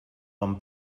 bon